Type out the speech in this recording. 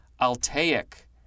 Altaic